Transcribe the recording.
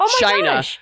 china